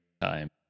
time